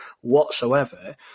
whatsoever